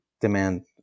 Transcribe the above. demand